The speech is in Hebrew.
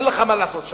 אין לך מה לעשות שם.